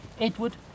Edward